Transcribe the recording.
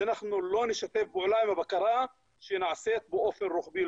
שאנחנו לא נשתף פעולה עם הבקרה שנעשית באופן רוחבי.